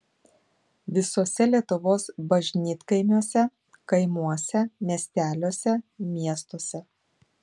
visuose lietuvos bažnytkaimiuose kaimuose miesteliuose miestuose